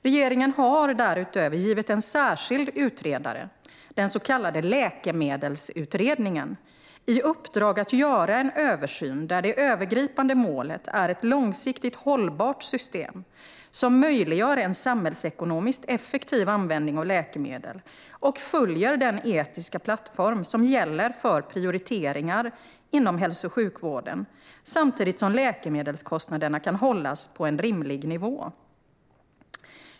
Regeringen har därutöver givit en särskild utredare, den så kallade Läkemedelsutredningen, i uppdrag att göra en översyn där det övergripande målet är ett långsiktigt hållbart system som möjliggör en samhällsekonomiskt effektiv användning av läkemedel och följer den etiska plattform som gäller för prioriteringar inom hälso och sjukvården, samtidigt som läkemedelskostnaderna kan hållas på en rimlig nivå.